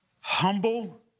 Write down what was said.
Humble